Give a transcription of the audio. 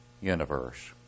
universe